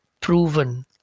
proven